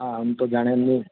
હા આમ તો જાણે એમને